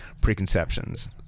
preconceptions